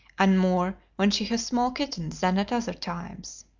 and more when she has small kittens than at other times.